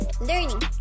learning